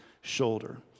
shoulder